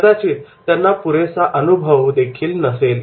कदाचित त्यांना पुरेसा अनुभवदेखील नसेल